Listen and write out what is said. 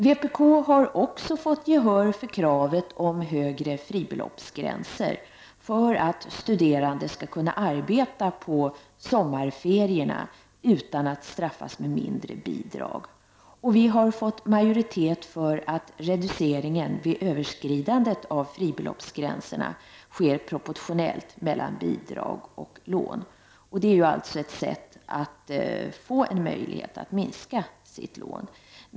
Vpk har också fått gehör för kravet om högre fribeloppsgränser för att de studerande skall kunna arbeta på sommarferierna utan att straffas med mindre bidrag, och vi har fått majoritet för att reduceringen vid överskridandet av fribeloppsgränserna sker proportionellt mellan bidrag och lån. Det ger då de studerande möjlighet att minska sina lån.